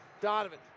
Donovan